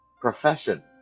Profession